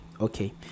Okay